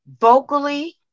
vocally